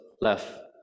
left